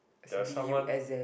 there're someone